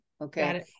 Okay